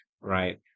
right